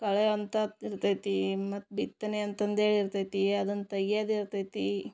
ಕಳೆ ಅಂತದ್ ಇರ್ತೈತಿ ಮತ್ತು ಬಿತ್ತನೆ ಅಂತಂದೇಳಿ ಇರ್ತೈತಿ ಅದನ್ನು ತೆಗಿಯೋದ್ ಇರ್ತೈತಿ